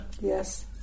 Yes